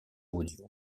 audio